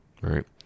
right